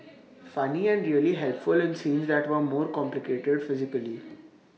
funny and really helpful in scenes that were more complicated physically